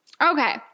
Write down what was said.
Okay